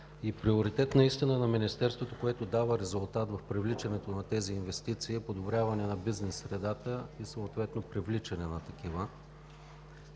г. Приоритет на Министерството, който дава резултат в привличането на тези инвестиции, е подобряването на бизнес средата и съответно привличане на такива.